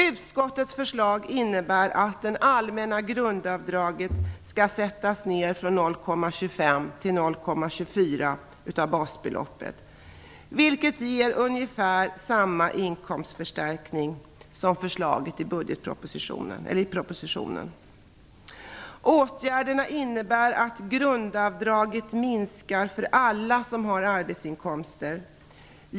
Utskottets förslag innebär att det allmänna grundavdraget skall sättas ner från 0,25 till 0,24 basbelopp, vilket ger ungefär samma inkomstförstärkning som förslaget i propositionen. Åtgärderna innebär att grundavdraget minskar för alla som har arbetsinkomster.